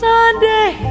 Sunday